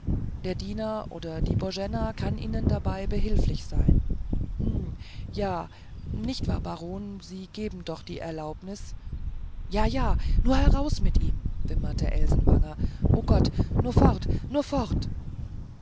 der diener oder die boena kann ihnen dabei behilflich sein hm ja nicht wahr baron sie geben doch die erlaubnis jaja nur hinaus mit ihm wimmerte elsenwanger o gott nur fort nur fort